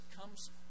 comes